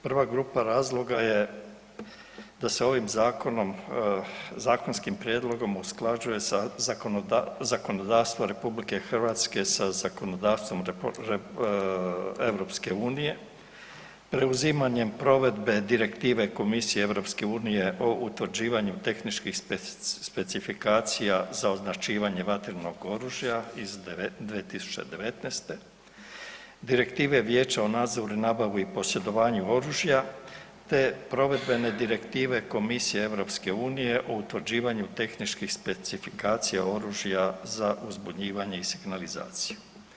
Prva grupa razloga je da se ovim zakonom, zakonskim prijedlogom usklađuje sa, zakonodavstvo RH sa zakonodavstvom EU, preuzimanjem provedbe Direktive Komisije EU o utvrđivanju tehničkih specifikacija za označivanje vatrenog oružja iz 2019., Direktive vijeća o nadzoru i nabavi i posjedovanju oružja, te provedbene Direktive Komisije EU o utvrđivanju tehničkih specifikacija oružja za uzbunjivanje i signalizaciju.